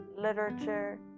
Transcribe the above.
literature